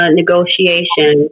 negotiation